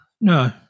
no